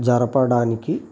జరపడానికి